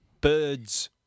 Birds